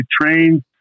trained